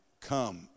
come